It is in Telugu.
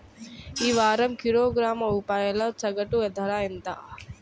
ఈ వారం కిలోగ్రాము ఉల్లిపాయల సగటు ధర ఎంత?